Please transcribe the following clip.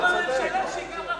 הוא שר בממשלה, שייקח אחריות.